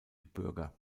bürger